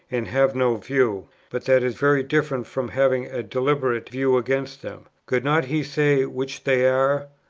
and have no view but that is very different from having a deliberate view against them. could not he say which they are?